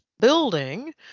building